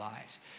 lives